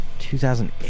2008